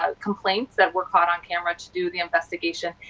ah complaints that were caught on camera to do the investigation,